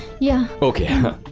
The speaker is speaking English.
yeah. okay.